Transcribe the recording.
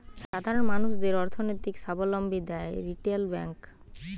সাধারণ মানুষদের অর্থনৈতিক সাবলম্বী দ্যায় রিটেল ব্যাংক